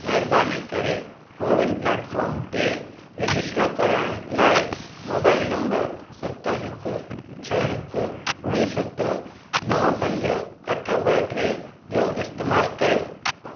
महिरबानी करे CoWIN platform ते रजिस्टर करण लाइ मोबाइल नंबर सत हिकु छह हिकु ॿुड़ी सत नव पंज अठ ॿ टे जो इस्तेमालु कयो